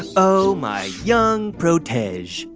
ah oh, my young protege.